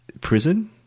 Prison